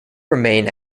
remain